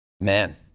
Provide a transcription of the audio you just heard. Man